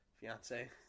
fiance